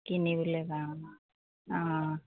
কিনিবলৈ যাম অঁ